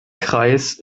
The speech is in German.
kreis